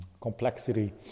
complexity